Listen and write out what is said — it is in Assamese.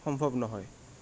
সম্ভৱ নহয়